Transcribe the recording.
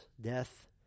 death